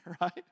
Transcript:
Right